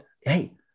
hey